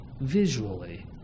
visually